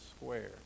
square